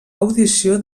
audició